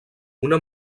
una